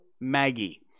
Maggie